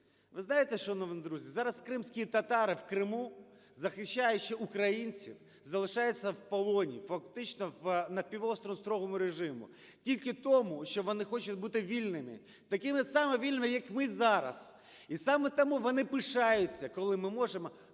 Ви знаєте, шановні друзі, зараз кримські татари в Криму, захищаючи українців, залишаються в полоні, фактично на півострові строгого режиму тільки тому, що вони хочуть бути вільними – такими само вільними, як ми зараз. І саме тому вони пишаються, коли ми можемо